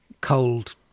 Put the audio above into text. cold